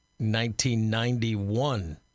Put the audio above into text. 1991